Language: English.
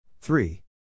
Three